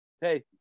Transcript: Hey